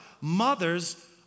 Mothers